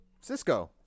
Cisco